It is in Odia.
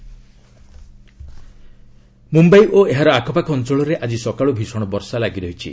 ମ୍ନମ୍ଘାଇ ରେନ୍ ମୁମ୍ବାଇ ଓ ଏହାର ଆଖପାଖ ଅଞ୍ଚଳରେ ଆଜି ସକାଳୁ ଭିଷଣ ବର୍ଷା ଲାଗି ରହିଛି